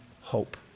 hope